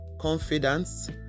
confidence